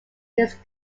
his